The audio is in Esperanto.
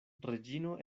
reĝino